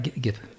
give